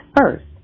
first